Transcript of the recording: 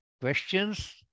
questions